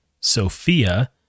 Sophia